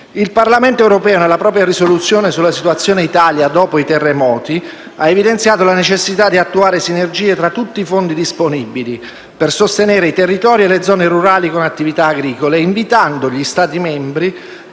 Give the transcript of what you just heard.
Il Parlamento europeo, nella propria risoluzione sulla situazione Italia dopo i terremoti, ha evidenziato la necessità di attuare sinergie tra tutti i fondi disponibili per sostenere i territori e le zone rurali con attività agricole, invitando gli Stati membri